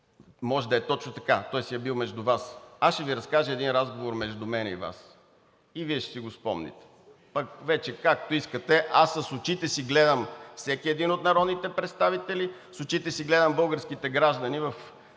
Може да е точно така, той си е бил между Вас, аз ще Ви разкажа един разговор между мене и Вас, и Вие ще си го спомните, пък вече както искате… Аз с очите си гледам всеки един от народните представители, с очите си гледам българските граждани, в